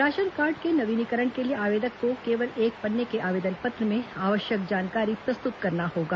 ration card के नवीनीकरण के लिए आवेदक को केवल एक पन्ने के आवेदन पत्र में आवश्यक जानकारी प्रस्तुत करना होगा